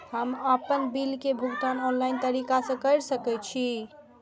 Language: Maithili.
हम आपन बिल के भुगतान ऑनलाइन तरीका से कर सके छी?